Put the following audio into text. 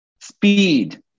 speed